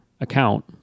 account